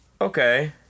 Okay